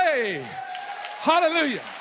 Hallelujah